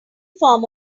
form